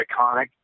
iconic